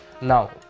Now